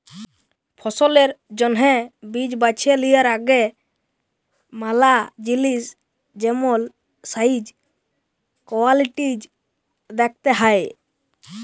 ফসলের জ্যনহে বীজ বাছে লিয়ার আগে ম্যালা জিলিস যেমল সাইজ, কোয়ালিটিজ দ্যাখতে হ্যয়